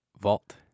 Vault